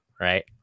right